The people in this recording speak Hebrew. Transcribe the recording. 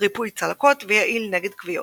ריפוי צלקות ויעיל נגד כוויות.